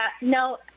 no